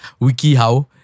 WikiHow